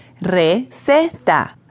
Receta